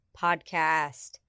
Podcast